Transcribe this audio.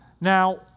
Now